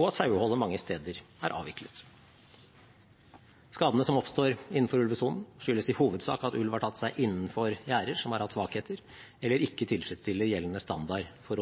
og at saueholdet mange steder er avviklet. Skadene som oppstår innenfor ulvesonen, skyldes i hovedsak at ulv har tatt seg innenfor gjerder som har hatt svakheter eller ikke tilfredsstiller gjeldende standard for